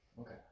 Okay